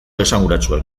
esanguratsuak